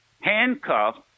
handcuffed